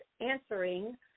answering